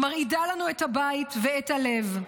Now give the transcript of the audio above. מרעידה לנו את הבית ואת הלב.